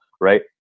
right